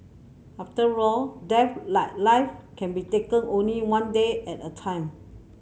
after all death like life can be taken only one day at a time